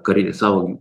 karinį savo